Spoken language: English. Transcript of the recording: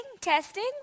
Testing